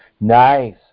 Nice